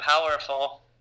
powerful